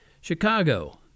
Chicago